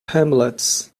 hamlets